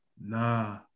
Nah